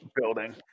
building